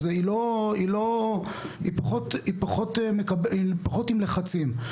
היא פחות עם לחצים.